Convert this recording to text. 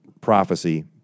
prophecy